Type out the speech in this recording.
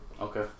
Okay